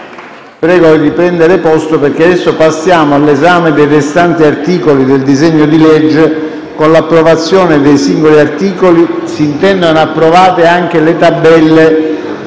del disegno di legge. Passiamo all'esame dei restanti articoli del disegno di legge. Con l'approvazione dei singoli articoli si intendono approvate anche le tabelle, i